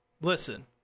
Listen